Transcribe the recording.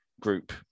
group